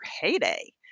heyday